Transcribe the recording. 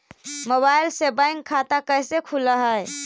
Mobile से bank खाता कैसे खुल है?